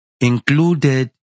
included